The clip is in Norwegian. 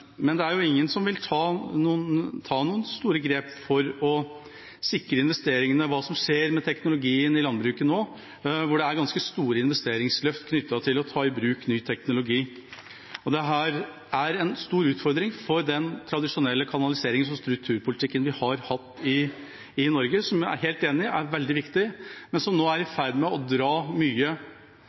Men det er ingen som vil ta noen store grep for å sikre investeringene – hva som skjer med teknologien i landbruket nå, hvor det er ganske store investeringsløft knyttet til å ta i bruk ny teknologi. Dette er en stor utfordring for den tradisjonelle kanaliseringen som strukturpolitikken har hatt i Norge, som jeg er helt enig i at er veldig viktig, men som nå er i ferd med å dra mye